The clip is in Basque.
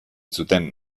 zuten